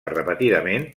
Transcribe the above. repetidament